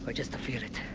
but just feel it.